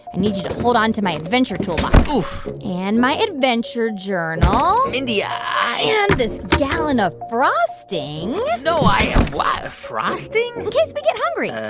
and need you to hold on to my adventure toolbox and my adventure journal. mindy, i. and this gallon of frosting no, i what? frosting? in case we get hungry.